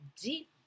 deep